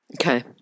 Okay